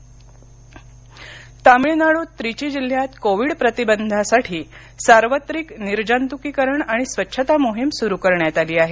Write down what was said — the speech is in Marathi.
तामिळनाड् तामिळनाडूत त्रिची जिल्ह्यात कोविड प्रतिबंधासाठी सार्वत्रिक निर्जंतुकीकरण आणि स्वच्छता मोहीम सुरू करण्यात आली आहे